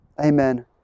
amen